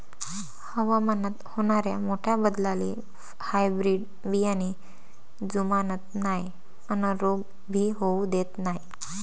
हवामानात होनाऱ्या मोठ्या बदलाले हायब्रीड बियाने जुमानत नाय अन रोग भी होऊ देत नाय